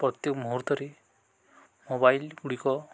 ପ୍ରତ୍ୟେକ ମୁହୂର୍ତ୍ତରେ ମୋବାଇଲ୍ଗୁଡ଼ିକ